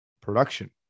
production